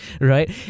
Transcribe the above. right